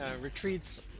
retreats